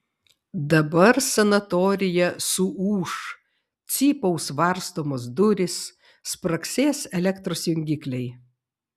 dabar sanatorija suūš cypaus varstomos durys spragsės elektros jungikliai